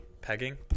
Pegging